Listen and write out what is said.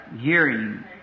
hearing